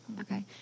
Okay